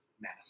math